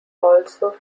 also